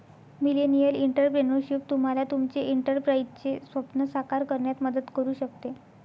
millennial entrepreneurship तुम्हाला तुमचे एंटरप्राइझचे स्वप्न साकार करण्यात मदत करू शकते